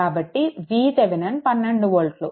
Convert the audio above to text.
కాబట్టి VThevenin 12 వోల్ట్లు